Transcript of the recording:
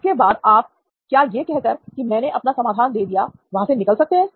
इसके बाद आप क्या यहकहकर की मैंने आपको समाधान दे दिया वहां से क्या निकल सकते हैं